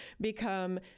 become